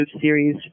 series